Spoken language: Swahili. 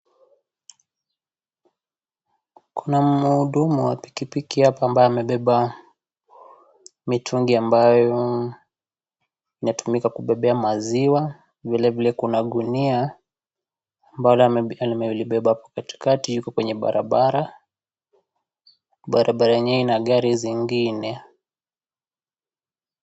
Kuna mhudumu wa pikipiki hapa ambaye amabeba mitungi ambayo inatumika kubebea maziwa vilevile kuna gunia ambalo amelibeba hapo katikati yuko kwenye barabara, barabara yenyewe ina gari zingine.